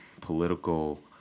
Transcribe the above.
political